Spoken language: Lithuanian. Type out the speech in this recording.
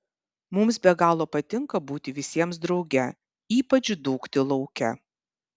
mums be galo patinka būti visiems drauge ypač dūkti lauke